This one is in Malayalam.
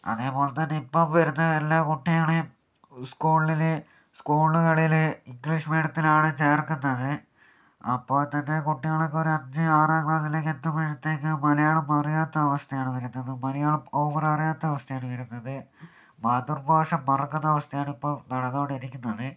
അതുപോലെത്തന്നെ ഇപ്പം വരുന്ന എല്ലാ കുട്ടികളെയും സ്കൂളിൽ സ്കൂളുകളിൽ ഇംഗ്ലീഷ് മീഡിയത്തിലാണ് ചേർക്കുന്നത് അപ്പോൾത്തന്നെ കുട്ടികളൊക്കെ ഒരു അഞ്ച് ആറ് ക്ലാസിലേക്ക് എത്തുമ്പോഴത്തേക്ക് മലയാളം പറയാത്ത അവസ്ഥയാണ് വരുന്നത് മലയാളം ഓവർ അറിയാത്ത അവസ്ഥയാണ് വരുന്നത് മാതൃഭാഷ മറക്കുന്ന അവസ്ഥയാണ് ഇപ്പോൾ നടന്നുകൊണ്ടിരിക്കുന്നത്